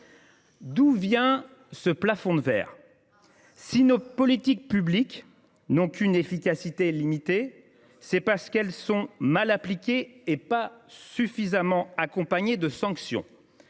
s’explique ce plafond de verre ? Si nos politiques publiques n’ont qu’une efficacité limitée, c’est parce qu’elles sont mal appliquées et pas suffisamment accompagnées de sanctions,